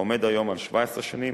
העומד היום על 17 שנים,